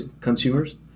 consumers